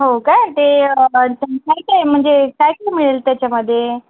हो का ते माहिती आहे म्हणजे काय काय मिळेल त्याच्यामधे